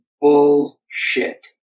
Bullshit